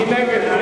מי נגד?